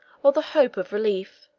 or the hope of relief,